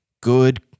good